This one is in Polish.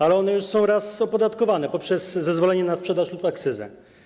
Ale one są już raz opodatkowane poprzez zezwolenie na sprzedaż lub akcyzę.